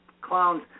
clowns